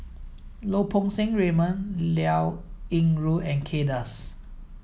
Lau Poo Seng Raymond Liao Yingru and Kay Das